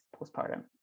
postpartum